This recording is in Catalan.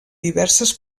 diverses